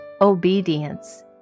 Obedience